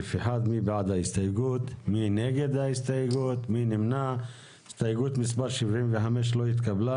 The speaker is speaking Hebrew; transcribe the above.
לסעיף 1. הצבעה לא אושרה הסתייגות מספר 69 לא התקבלה,